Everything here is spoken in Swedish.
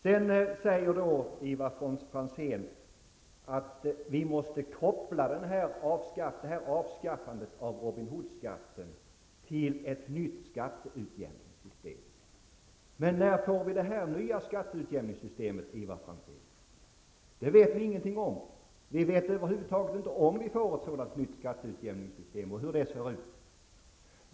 Sedan säger Ivar Franzén att vi måste koppla avskaffandet av Robin Hood-skatten till ett nytt skatteutjämningssystem. Men när får vi det nya skatteutjämningssystemet, Ivar Franzén? Det vet vi ingenting om. Vi vet över huvud taget inte om vi får ett nytt skatteutjämningssystem och hur det i så fall ser ut.